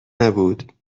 نبود